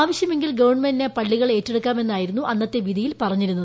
ആവശ്യമെങ്കിൽ ഗവണ്മെന്റിനു പള്ളികൾ ഏറ്റെടുക്കാമെന്നായിരുന്നു അന്നത്തെ വിധിയിൽ പറഞ്ഞിരുന്നത്